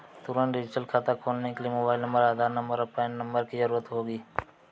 तुंरत डिजिटल खाता खोलने के लिए मोबाइल नंबर, आधार नंबर, और पेन नंबर की ज़रूरत होगी